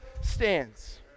stands